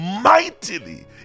mightily